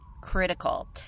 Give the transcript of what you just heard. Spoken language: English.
critical